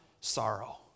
sorrow